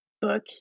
book